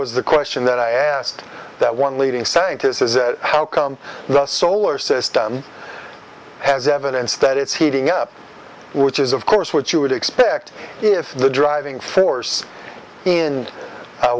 was the question that i asked that one leading scientists is how come the solar system has evidence that it's heating up which is of course what you would expect if the driving force in